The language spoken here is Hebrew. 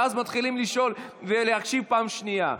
ואז מתחילים לשאול ולהקשיב בפעם השנייה.